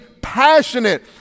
passionate